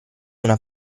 una